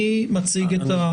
מי מתייחס?